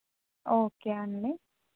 okay అండి